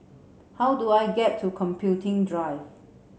how do I get to Computing Drive